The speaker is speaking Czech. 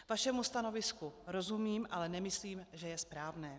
Vašemu stanovisku rozumím, ale nemyslím, že je správné.